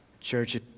Church